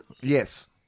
Yes